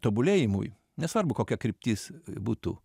tobulėjimui nesvarbu kokia kryptis būtų